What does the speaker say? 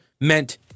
meant